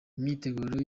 imyiteguro